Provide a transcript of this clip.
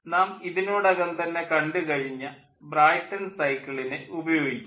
നാം ഇതിനോടകം കണ്ടു കഴിഞ്ഞ ബ്രായ്ട്ടൺ സൈക്കിളിനെ ഉപയോഗിക്കും